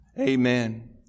Amen